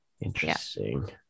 Interesting